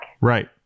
right